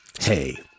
Hey